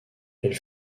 elle